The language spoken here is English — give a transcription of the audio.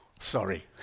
Sorry